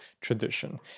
tradition